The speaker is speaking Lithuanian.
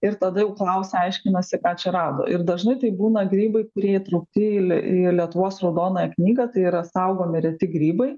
ir tada jau klausia aiškinasi ką čia rado ir dažnai tai būna grybai kurie įtraukti į į lietuvos raudonąją knygą tai yra saugomi reti grybai